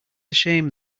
shame